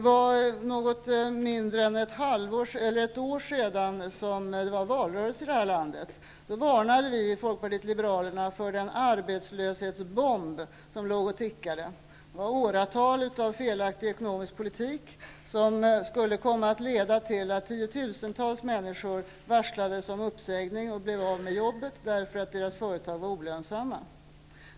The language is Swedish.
För något mindre än ett år sedan var det ju valrörelse i det här landet. Vi i Folkpartiet liberalerna varnade för den arbetslöshetsbomb som låg och tickade. En i åratal felaktig ekonomisk politik skulle komma att leda till att tiotusentals människor varslades om uppsägning och blev av med sina jobb därför att deras företag var olönsamma.